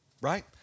right